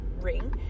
Ring